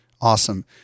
Awesome